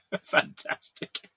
fantastic